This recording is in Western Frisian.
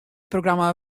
programma